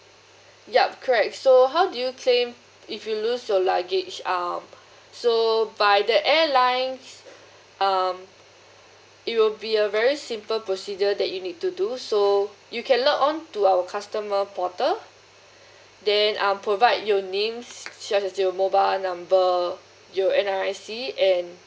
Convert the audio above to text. yup correct so how do you claim if you lose your luggage um so by the airlines um it will be a very simple procedure that you need to do so you can log on to our customer portal then uh provide your name as well as your mobile number your N_R_I_C and